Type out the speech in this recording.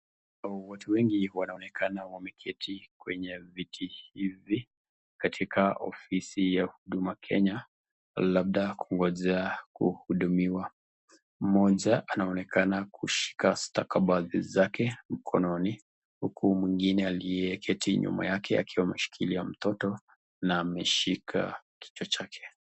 Watu wengi wanaonekana wameketi kwenye viti hivi katika ofisi ya Huduma Kenya labda kungojea kuhudumiwa, mmoja anaonekana kushika stakabadhi zake mkononi huku mwingine aliyeketi nyuma yake akiwa ameshikilia mtoto na ameshika kichwa chake.